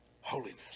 holiness